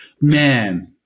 man